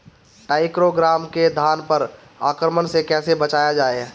टाइक्रोग्रामा के धान पर आक्रमण से कैसे बचाया जाए?